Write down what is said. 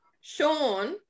sean